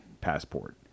passport